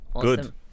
Good